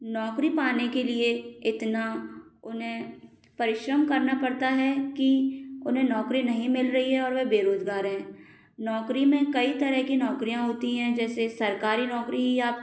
नौकरी पाने के लिए इतना उन्हें परिश्रम करना पड़ता है कि उन्हें नौकरी नहीं मिल रही है और वे बेरोजगार हैं नौकरी में कई तरह की नौकरियाँ होती हैं जैसे सरकारी नौकरी ही आप